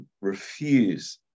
refuse